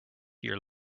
your